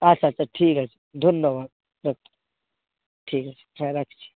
আচ্ছা আচ্ছা ঠিক আছে ধন্যবাদ ও কে ঠিক আছে হ্যাঁ রাখছি